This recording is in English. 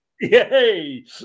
yay